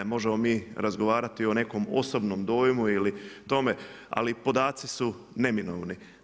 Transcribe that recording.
Možemo mi razgovarati o nekom osobnom dojmu ili tome ali podaci su neminovni.